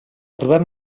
trobem